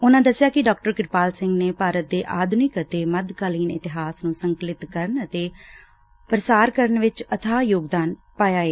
ਉਨਾਂ ਦਸਿਆ ਕਿ ਡਾ ਕਿਰਪਾਲ ਸਿੰਘ ਨੇ ਭਾਰਤ ਦੇ ਆਧੁਨਿਕ ਅਤੇ ਮੱਧਕਾਲੀਨ ਇਤਿਹਾਸ ਨੂੰ ਸਕੰਲਿਤ ਕਰਨ ਅਤੇ ਪੁਸਾਰ ਕਰਨ ਵਿਚ ਅਬਾਹ ਯੋਗਦਾਨ ਪਾਇਐ